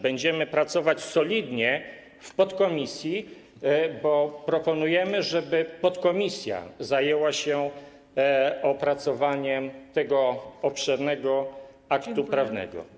Będziemy pracować solidnie w podkomisji, bo proponujemy, żeby podkomisja zajęła się opracowaniem tego obszernego aktu prawnego.